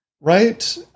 Right